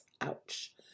Ouch